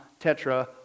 tetra